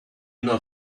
not